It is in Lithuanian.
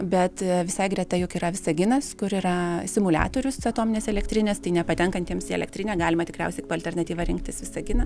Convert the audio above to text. bet visai greta juk yra visaginas kur yra simuliatorius atominės elektrinės tai nepatenkantiems į elektrinę galima tikriausiai alternatyvą rinktis visaginą